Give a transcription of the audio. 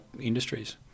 industries